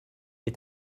est